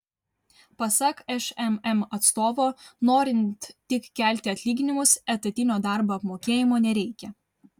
pasak šmm atstovo norint tik kelti atlyginimus etatinio darbo apmokėjimo nereikia